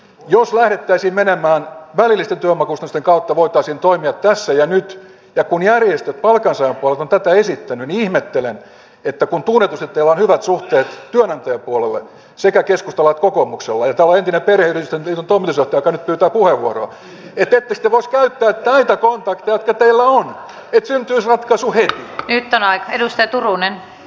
jos lähdettäisiin menemään välillisten työvoimakustannusten kautta voitaisiin toimia tässä ja nyt ja kun järjestöt palkansaajan puolelta ovat tätä esittäneet niin ihmettelen että kun tunnetusti teillä on hyvät suhteet työnantajapuolelle sekä keskustalla että kokoomuksella ja täällä on entinen perheyritysten liiton toimitusjohtaja joka nyt pyytää puheenvuoroa niin ettekö te voisi käyttää näitä kontakteja jotka teillä on että syntyisi ratkaisu heti